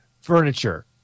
furniture